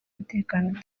umutekano